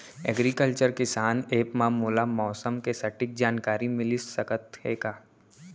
Agriculture किसान app मा मोला मौसम के सटीक जानकारी मिलिस सकत हे का?